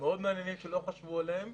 מאוד מעניינים שלא חשבו עליהם.